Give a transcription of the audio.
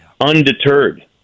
undeterred